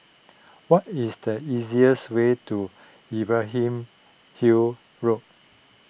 what is the easier way to Imbiah him Hill Road